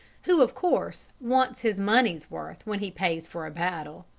who of course wants his money's worth when he pays for a battle.